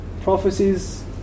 Prophecies